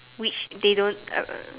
which they don't um